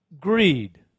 greed